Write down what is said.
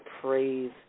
praise